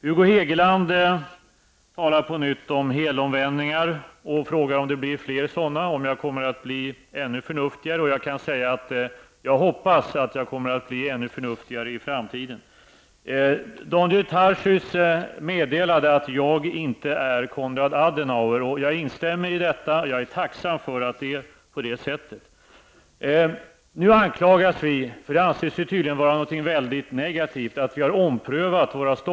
Hugo Hegeland talar återigen om helomvändningar och undrar om det blir flera sådana och om jag kommer att bli ännu förnuftigare. Jag hoppas att jag kommer att bli ännu förnuftigare i framtiden. Daniel Tarschys meddelade att jag inte är Konrad Adenauer. Jag instämmer i detta, och jag är tacksam för att det är på det sättet. Nu anklagas vi för att ha omprövat våra ståndpunkter i vissa frågor, någonting som tydligen anses vara väldigt negativt.